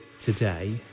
Today